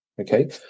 okay